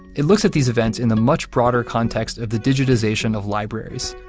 it looks at these events in the much broader context of the digitization of libraries,